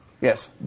Yes